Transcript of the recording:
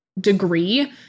degree